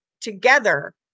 together